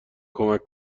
کمک